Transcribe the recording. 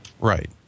Right